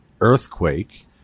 Earthquake